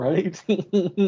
Right